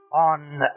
on